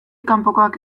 kanpokoak